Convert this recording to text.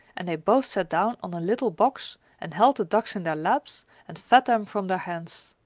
and they both sat down on a little box and held the ducks in their laps and fed them from their hands.